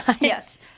Yes